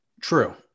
True